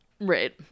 Right